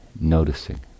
noticing